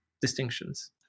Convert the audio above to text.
distinctions